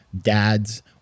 dads